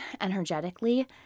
energetically